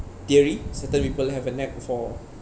theory certain people have a knack for